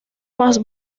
más